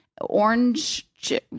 orange